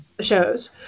shows